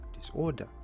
disorder